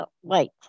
white